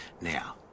Now